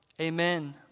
Amen